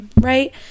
right